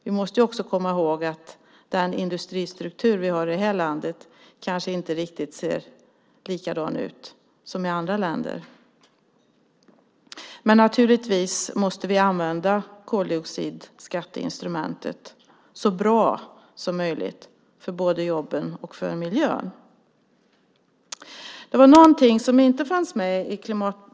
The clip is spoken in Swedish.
Vi måste också komma ihåg att den industristruktur vi har i det här landet kanske inte ser riktigt likadan ut som i andra länder. Men naturligtvis måste vi använda koldioxidskatteinstrumentet så bra som möjligt för jobben och för miljön.